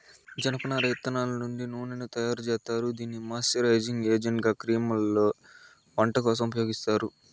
జనపనార ఇత్తనాల నుండి నూనెను తయారు జేత్తారు, దీనిని మాయిశ్చరైజింగ్ ఏజెంట్గా క్రీమ్లలో, వంట కోసం ఉపయోగిత్తారు